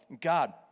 God